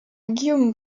guillaume